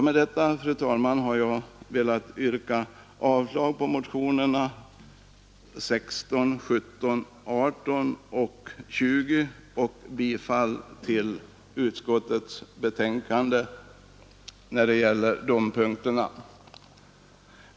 Med detta, fru talman, vill jag yrka avslag på reservationerna 16, 17, 18 och 20 samt bifall till utskottets hemställan när det gäller motsvarande punkter.